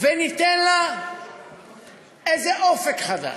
וניתן לה איזה אופק חדש.